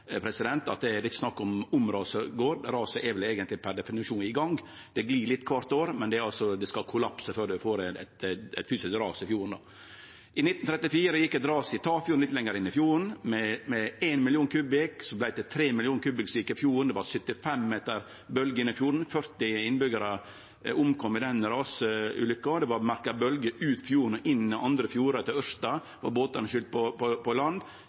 at det ikkje er snakk om om raset går – raset er eigentleg, per definisjon, i gang. Det glir litt kvart år, men det skal kollapse før ein får eit fysisk ras i fjorden. I 1934 gjekk det eit ras i Tafjord, litt lengre inn i fjorden, på 1 mill. kubikkmeter, som vart til 3 mill. kubikkmeter som gjekk i fjorden. Det var 75 meter høge bølger innover i fjorden, og 40 innbyggjarar omkom i den rasulykka. Ein kunne merke bølgjer ut av fjorden og inn i andre fjordar. I Ørsta vart båtane skylte på